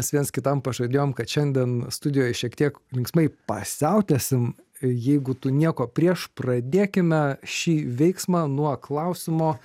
mes viens kitam pažadėjom kad šiandien studijoj šiek tiek linksmai pasiautėtisim jeigu tu nieko prieš pradėkime šį veiksmą nuo klausimo